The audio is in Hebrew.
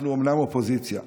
אנחנו אומנם אופוזיציה,